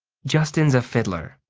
justin's a fiddler,